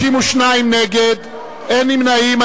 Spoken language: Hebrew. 52, נגד, אין נמנעים.